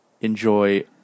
enjoy